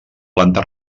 planta